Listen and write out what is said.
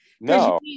no